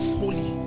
holy